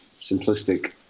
simplistic